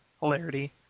hilarity